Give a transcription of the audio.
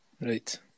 Right